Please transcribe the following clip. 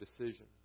decision